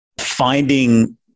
finding